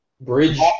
bridge